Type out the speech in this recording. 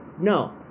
No